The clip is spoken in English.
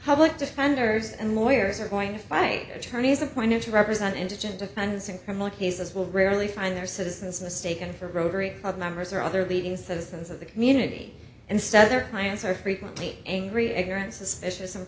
public defenders and moyers are going to fight attorneys appointed to represent indigent defense and promote cases will rarely find their citizens mistaken for rotary club members or other leading citizens of the community instead their clients are frequently angry ignorant suspicious and